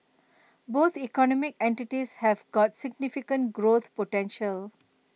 both economic entities have got significant growth potential